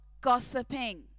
gossiping